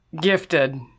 gifted